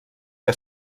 que